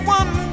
one